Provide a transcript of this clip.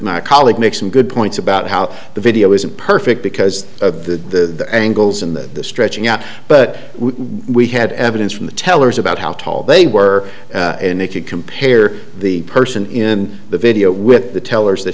the colleague makes some good points about how the video isn't perfect because of the angles in the stretching out but we had evidence from the tellers about how tall they were and they could compare the person in the video with the tellers that